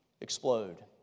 explode